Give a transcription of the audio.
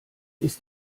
ist